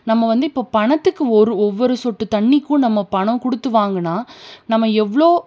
நம்ம வந்து இப்போ பணத்துக்கு ஒரு ஒவ்வொரு சொட்டு தண்ணிக்கும் நம்ம பணம் கொடுத்து வாங்கினா நம்ம எவ்வளோ